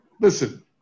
listen